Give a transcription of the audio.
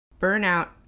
Burnout